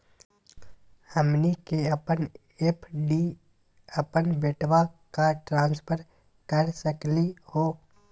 हमनी के अपन एफ.डी अपन बेटवा क ट्रांसफर कर सकली हो?